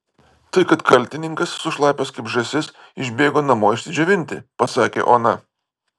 tai kad kaltininkas sušlapęs kaip žąsis išbėgo namo išsidžiovinti pasakė ona